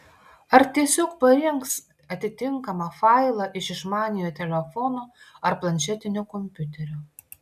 ar tiesiog parinks atitinkamą failą iš išmaniojo telefono ar planšetinio kompiuterio